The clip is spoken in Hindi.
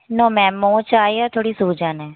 नो मैम मोच आई है थोड़ी सूजन है